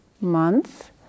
month